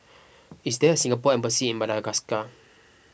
is there Singapore Embassy in Madagascar